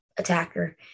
attacker